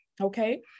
okay